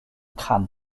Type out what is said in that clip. khan